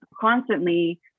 constantly